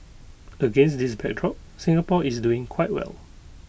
against this backdrop Singapore is doing quite well